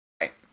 Right